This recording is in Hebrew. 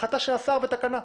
החלטה של השר בתקנה.